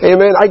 Amen